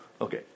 Okay